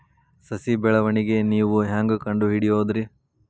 ಸಸಿ ಬೆಳವಣಿಗೆ ನೇವು ಹ್ಯಾಂಗ ಕಂಡುಹಿಡಿಯೋದರಿ?